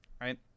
right